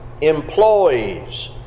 employees